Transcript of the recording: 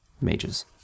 mages